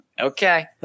Okay